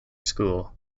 school